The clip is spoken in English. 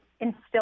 instill